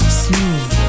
smooth